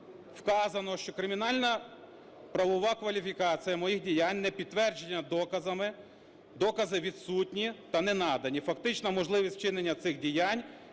вказано, що кримінальна правова кваліфікація моїх діянь не підтверджена доказами, докази відсутні та не надані, фактично можливість вчинення цих діянь